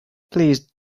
please